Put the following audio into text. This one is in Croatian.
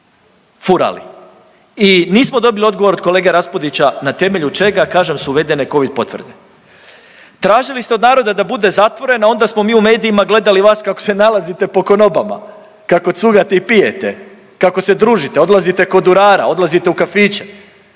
I nismo dobili odgovor od kolege Raspudića na temelju čega kažem su uvedene Covid potvrde. Tražili ste od naroda da bude zatvoren, a onda smo mi u medijima gledali od vas kako se nalazite po konobama, kako cugate i pijete, kako se družite, odlazite kod urara, odlazite u kafiće.